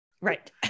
Right